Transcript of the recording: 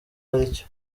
aricyo